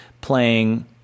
playing